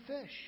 fish